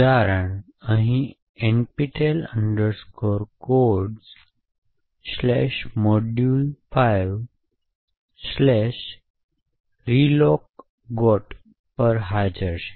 ઉદાહરણ અહી nptel codesmodule5relocgot પર હાજર છે